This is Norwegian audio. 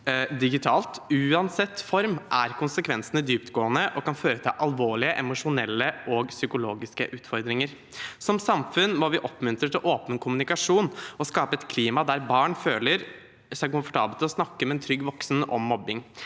digitalt. Uansett form er konsekvensene dyptgående og kan føre til alvorlige emosjonelle og psykologiske utfordringer. Som samfunn må vi oppmuntre til åpen kommunikasjon og skape et klima der barn føler seg komfortable med å snakke med en trygg voksen om mobbing.